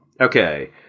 Okay